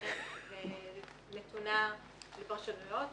ונתונה לפרשנויות.